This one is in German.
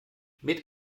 mit